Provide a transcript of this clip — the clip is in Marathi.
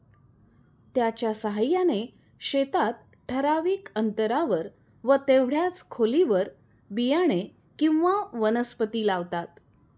त्याच्या साहाय्याने शेतात ठराविक अंतरावर व तेवढ्याच खोलीवर बियाणे किंवा वनस्पती लावतात